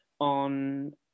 on